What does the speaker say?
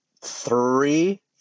three